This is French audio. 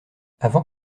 avant